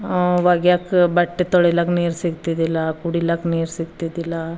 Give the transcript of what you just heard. ಆವಾಗ ಯಾಕೆ ಬಟ್ಟೆ ತೊಳಿಲಾಕ ನೀರು ಸಿಗ್ತಿದ್ದಿಲ್ಲ ಕುಡಿಲಾಕ ನೀರು ಸಿಗ್ತಿದ್ದಿಲ್ಲ